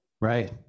Right